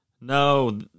No